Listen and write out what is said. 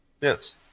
Yes